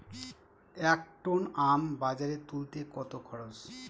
এক টন আম বাজারে তুলতে কত খরচ?